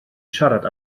siarad